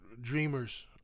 dreamers